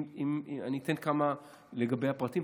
אני אגיד לגבי הפרטים.